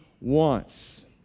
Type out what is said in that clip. wants